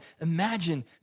Imagine